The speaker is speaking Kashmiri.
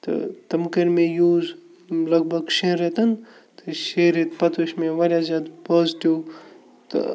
تہٕ تِم کٔرۍ مےٚ یوٗز لگ بگ شٮ۪ن رٮ۪تَن تہٕ شے ریٚتۍ پَتہٕ وٕچھ مےٚ واریاہ زیادٕ پازِٹِو تہٕ